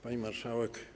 Pani Marszałek!